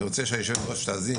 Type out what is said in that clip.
אני רוצה שיושבת הראש תאזין,